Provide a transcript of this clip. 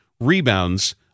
rebounds